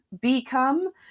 become